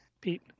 Pete